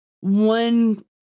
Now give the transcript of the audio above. One